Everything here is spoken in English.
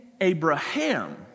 Abraham